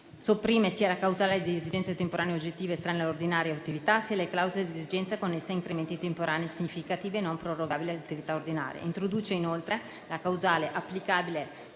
sopprime sia la causale di esigenze temporanee e oggettive, estranee all'ordinaria attività, sia la causale di esigenze connesse a incrementi temporanei, significativi e non programmabili, dell'attività ordinaria; introduce la causale - applicabile